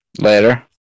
later